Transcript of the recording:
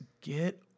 get